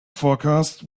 forecast